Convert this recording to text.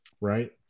right